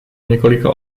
několika